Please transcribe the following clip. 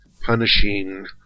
punishing